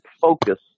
focus